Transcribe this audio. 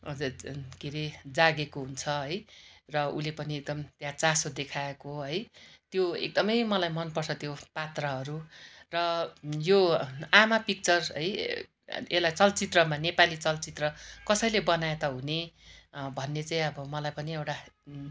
के रे जागेको हुन्छ है र उसले पनि एकदम त्यहाँ चासो देखाएको है त्यो एकदमै मलाई मनपर्छ त्यो पात्रहरू र यो आमा पिक्चर है यसलाई चलचित्रमा नेपाली चलचित्र कसैले बनाए त हुने भन्ने चाहिँ अब मलाई पनि एउटा